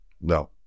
No